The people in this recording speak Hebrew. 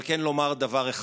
אבל כן לומר דבר אחד: